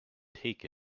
take